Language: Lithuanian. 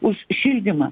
už šildymą